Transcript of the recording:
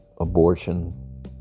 abortion